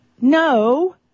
No